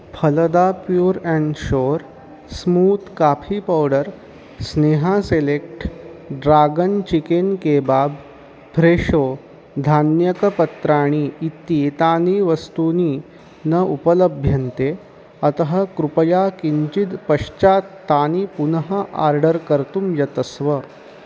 Phalada pure and sure smooth coffee powder Sneha select dragon chicken kebab Fresho धान्यकपत्राणि इत्येतानि वस्तूनि न उपलभ्यन्ते अतः कृपया किञ्चिद् पश्चात् तानि पुनः आर्डर् कर्तुं यतस्व